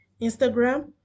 Instagram